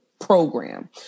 Program